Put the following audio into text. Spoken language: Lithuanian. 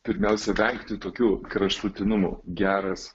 pirmiausia vengti tokių kraštutinumų geras